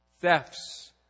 thefts